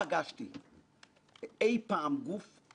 וחשוב לי לחזור ולומר את הדברים האלה,